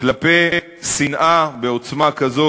כלפי שנאה בעוצמה כזאת,